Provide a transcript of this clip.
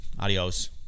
Adios